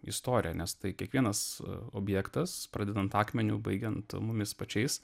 istoriją nes tai kiekvienas objektas pradedant akmeniu baigiant mumis pačiais